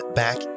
back